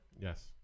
Yes